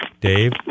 Dave